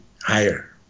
higher